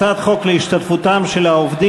הצעת חוק להשתתפותם של העובדים,